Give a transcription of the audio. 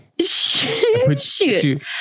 Shoot